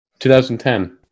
2010